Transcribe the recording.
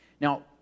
Now